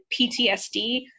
PTSD